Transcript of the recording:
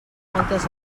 moltes